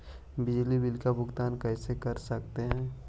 बिजली बिल का भुगतान कैसे कर सकते है?